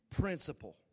principle